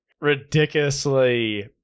ridiculously